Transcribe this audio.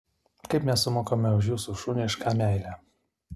kaip mes sumokame už jūsų šunišką meilę